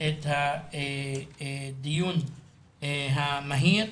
את הדיון המהיר.